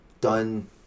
done